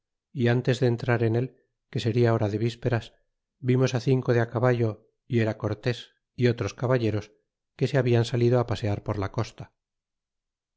y antes de entrar en él que seria hora de vísperas vimos cinco de acaballo y era cortés y otros caballeros que se hablan salido pasear por la costa